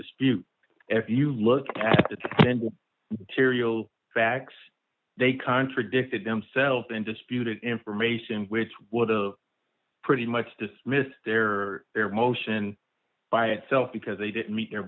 dispute if you look at the tender tiriel facts they contradicted themselves and disputed information which would of pretty much dismissed their air motion by itself because they didn't meet their